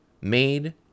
made